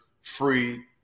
free